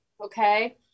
okay